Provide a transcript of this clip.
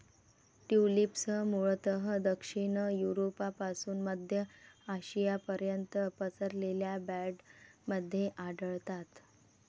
tulips मूळतः दक्षिण युरोपपासून मध्य आशियापर्यंत पसरलेल्या बँडमध्ये आढळतात